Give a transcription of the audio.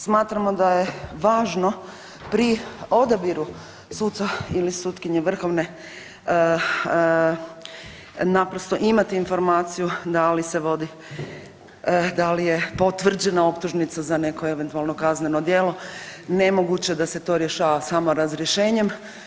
Smatramo da je važno pri odabiru suca ili sutkinje vrhovne naprosto imati informaciju da li se vodi, da li je potvrđena optužnica za neko eventualno kazneno djelo, nemoguće da se to rješava samo razrješenjem.